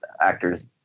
actors